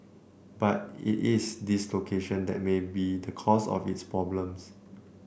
but it is this location that may be the cause of its problems